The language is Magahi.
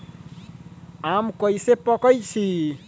आम कईसे पकईछी?